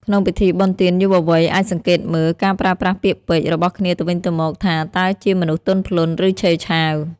ក្នុងពិធីបុណ្យទាន យុវវ័យអាចសង្កេតមើល "ការប្រើប្រាស់ពាក្យពេចន៍" របស់គ្នាទៅវិញទៅមកថា តើជាមនុស្សទន់ភ្លន់ ឬឆេវឆាវ។